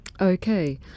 Okay